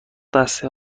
دستی